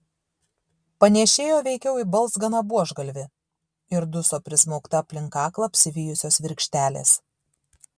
panėšėjo veikiau į balzganą buožgalvį ir duso prismaugta aplink kaklą apsivijusios virkštelės